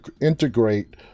integrate